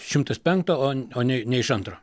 šimtas penkto o o ne ne iš antro